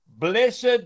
Blessed